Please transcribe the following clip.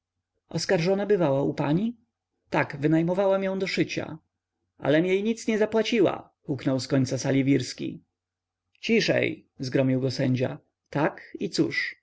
oskarżona bywała u pani tak wynajmowałam ją do szycia alem jej nic nie zapłaciła huknął z końca sali wirski ciszej zgromił go sędzia tak i cóż